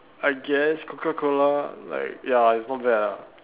I guess coca cola like ya it's not bad lah